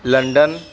London